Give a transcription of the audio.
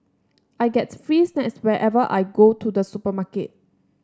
I get free snacks whenever I go to the supermarket